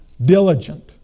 diligent